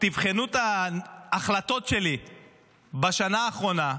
תבחנו את ההחלטות בשנה האחרונה,